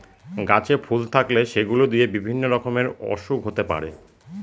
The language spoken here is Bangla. গাছে ফুল থাকলে সেগুলো দিয়ে বিভিন্ন রকমের ওসুখ হতে পারে